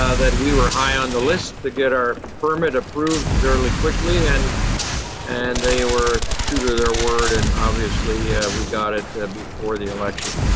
ah that we were high on the list to get our permit approved fairly quickly and and they were true to their word. and obviously, we got it before the election.